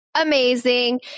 amazing